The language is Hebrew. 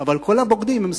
אבל כל הבוגדים הם שמאלנים.